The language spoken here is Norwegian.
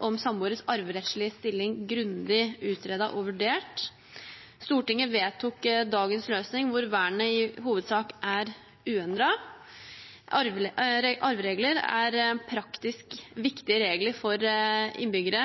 om samboeres arverettslige stilling grundig utredet og vurdert. Stortinget vedtok dagens løsning, hvor vernet i hovedsak er uendret. Arveregler er praktisk viktige regler for innbyggere.